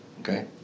okay